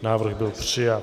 Návrh byl přijat.